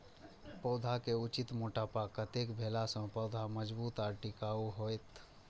पौधा के उचित मोटापा कतेक भेला सौं पौधा मजबूत आर टिकाऊ हाएत?